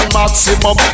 maximum